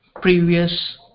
previous